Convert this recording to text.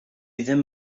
ddim